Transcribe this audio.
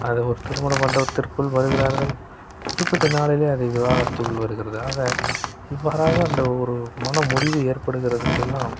அது ஒரு திருமண மண்டபத்திற்குள் வருகிறார்கள் குறிப்பிட்ட நாளில் அதை விவாகரத்துக்குள் வருகிறது ஆக இவ்வாறாக அந்த ஒரு மன முறிவு ஏற்படுகிறதுக்கெல்லாம்